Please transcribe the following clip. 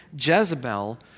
Jezebel